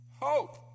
Hope